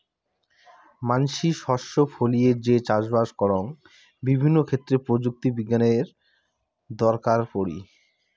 মানসি শস্য ফলিয়ে যে চাষবাস করং বিভিন্ন ক্ষেত্রে প্রযুক্তি বিজ্ঞানের দরকার পড়ি